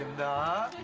the